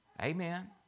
Amen